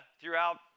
throughout